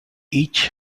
each